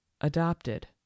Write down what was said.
adopted